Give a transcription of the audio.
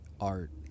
art